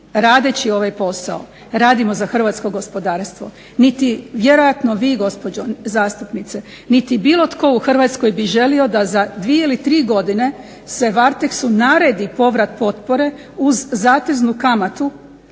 radeći ovaj posao radimo za hrvatsko gospodarstvo. Niti vjerojatno vi gospođo zastupnice niti bilo tko u Hrvatskoj bi želio da za 2 ili 3 godine se Varteksu naredi povrat potpore uz zateznu kamatu